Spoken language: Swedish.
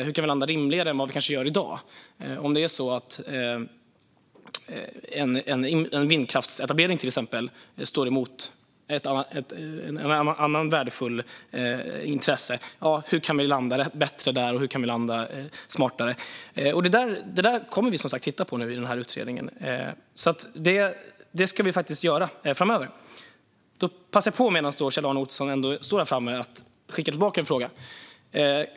Hur kan vi landa rimligare och smartare än vad vi kanske gör i dag om exempelvis en vindkraftsetablering står mot ett annat värdefullt intresse? Det kommer vi som sagt att titta på i den här utredningen. Detta ska vi alltså göra framöver. Medan Kjell-Arne Ottosson ändå står här framme i talarstolen passar jag på att skicka tillbaka en fråga.